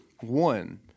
One